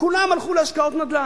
כולם הלכו להשקעות נדל"ן.